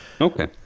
Okay